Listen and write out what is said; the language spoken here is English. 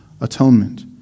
atonement